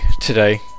today